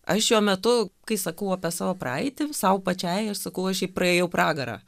aš šiuo metu kai sakau apie savo praeitį sau pačiai ir sakau aš praėjau pragarą